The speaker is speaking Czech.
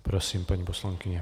Prosím, paní poslankyně.